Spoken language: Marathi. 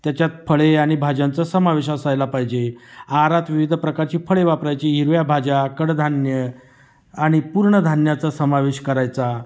त्याच्यात फळे आणि भाज्यांचा समावेश असायला पाहिजे आहारात विविध प्रकारची फळे वापरायची हिरव्या भाज्या कडधान्य आणि पूर्णधान्याचा समावेश करायचा